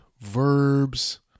verbs